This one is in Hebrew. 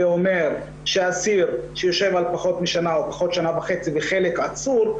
אומר שאסיר שיושב פחות משנה או פחות משנה וחצי וחלק עצור,